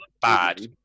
bad